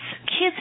kids